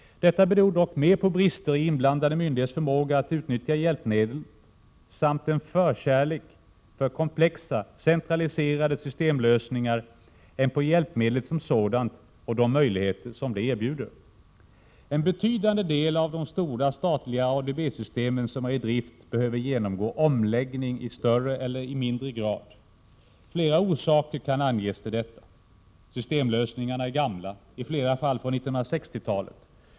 Detta beror dock mer på brister i inblandade myndigheters förmåga att utnyttja hjälpmedlet, samt på en förkärlek för komplexa, centraliserade systemlösningar, än på hjälpmedlet som sådant och de möjligheter som det erbjuder. En betydande del av de stora statliga ADB-system som är i drift behöver genomgå omläggning i större eller mindre grad. Flera orsaker kan anges till detta. Systemlösningarna är gamla, i flera fall från 1960-talet.